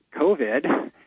COVID